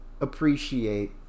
appreciate